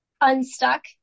unstuck